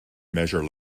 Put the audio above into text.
measure